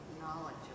knowledge